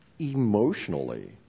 emotionally